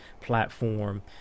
platform